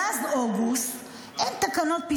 אין תקנות.